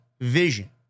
vision